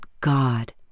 God